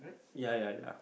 ya ya ya